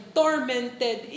tormented